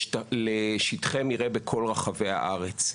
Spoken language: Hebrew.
לשטחי מרעה בכל רחבי הארץ.